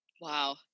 Wow